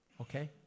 okay